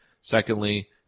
secondly